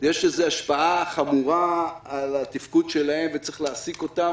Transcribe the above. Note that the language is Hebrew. יש לזה השפעה חמורה על התפקוד שלהם וצריך להעסיק אותם.